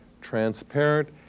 transparent